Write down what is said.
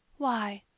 why,